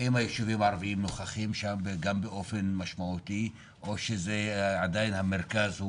האם היישובים הערביים נוכחים שם גם באופן משמעותי או שזה עדיין המרכז?